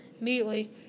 immediately